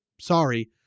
Sorry